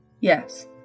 yes